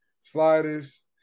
sliders